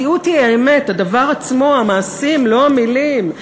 מציאות היא האמת, הדבר עצמו, המעשים, לא המילים.